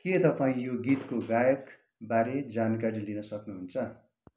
के तपाईँ यो गीतको गायकबारे जानकारी लिन सक्नुहुन्छ